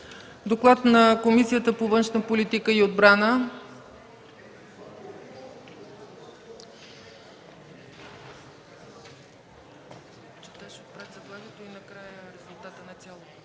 Доклад на Комисията по външна политика и отбрана.